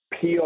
PR